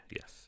Yes